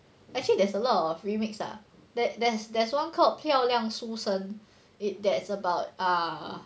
actually there's a lot of remix lah that there's there's one called 漂亮书生 it that's about ah